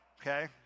Okay